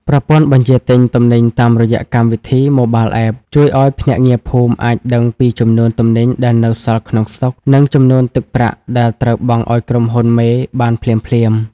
ប្រព័ន្ធបញ្ជាទិញទំនិញតាមរយៈកម្មវិធី Mobile App ជួយឱ្យភ្នាក់ងារភូមិអាចដឹងពីចំនួនទំនិញដែលនៅសល់ក្នុងស្តុក និងចំនួនទឹកប្រាក់ដែលត្រូវបង់ឱ្យក្រុមហ៊ុនមេបានភ្លាមៗ។